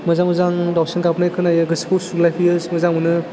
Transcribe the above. मोजां मोजां दावसिन गाबनाय खोनायो गोसोखौ सुग्लायहोयो मोजां मोनो